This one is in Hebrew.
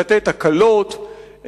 לתת הקלות,